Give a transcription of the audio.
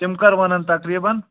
تِم کَر وَنان تقریٖبن